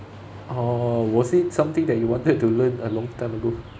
orh was it something that you wanted to learn a long time ago